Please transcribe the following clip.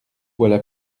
voilà